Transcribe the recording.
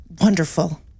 Wonderful